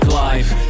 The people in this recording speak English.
life